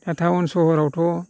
दा टाउन सहरावथ'